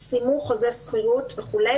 סיימו חוזה שכירות וכולי,